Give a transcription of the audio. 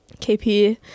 KP